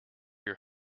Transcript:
your